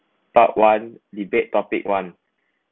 part one debate topic one